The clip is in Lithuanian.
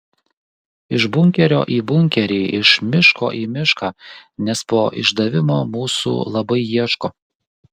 iš bunkerio į bunkerį iš miško į mišką nes po išdavimo mūsų labai ieško